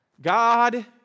God